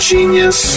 Genius